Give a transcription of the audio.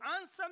answer